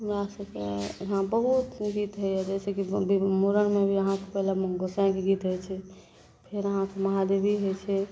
हमरा सभकेँ हाँ बहुत गीत होइए जइसे कि मूड़नमे भी अहाँके पहिले गोसाइँके गीत होइ छै फेर अहाँके महादेवी होइ छै